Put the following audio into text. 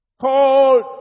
called